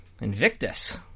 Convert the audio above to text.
Invictus